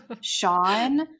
Sean